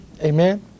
Amen